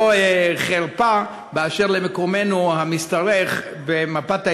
חרפה באשר למקומנו המשתרך במפת ההישגים,